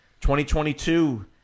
2022